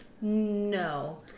No